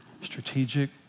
strategic